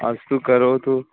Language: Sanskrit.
अस्तु करोतु